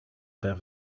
per